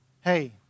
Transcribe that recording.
Hey